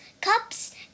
cups